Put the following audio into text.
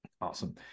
Awesome